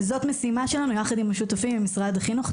זאת משימה שלנו, יחד עם השותפים ממשרד החינוך.